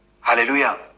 hallelujah